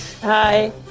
Hi